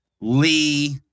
Lee